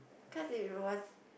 cause it was